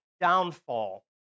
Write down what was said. downfall